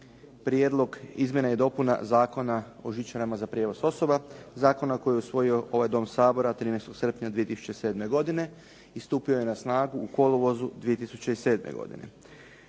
Prijedlog izmjene i dopune Zakona o žičarama za prijevoz osoba, zakona koji je usvoji ovaj dom Sabora 13. srpnja 2007. godine i stupio je na snagu u kolovozu 2007. godine.